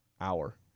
Hour